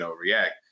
react